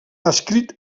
escrit